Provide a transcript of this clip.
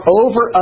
over